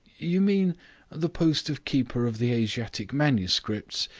you mean the post of keeper of the asiatic manuscripts,